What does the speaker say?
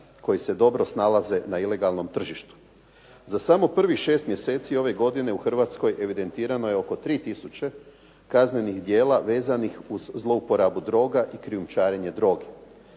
koji se dobro snalaze na ilegalnom tržištu. Za samo prvih šest mjeseci ove godine u Hrvatskoj evidentirano je oko 3000 kaznenih djela vezanih uz zlouporabu droga i krijumčarenje droge.